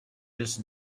just